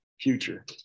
future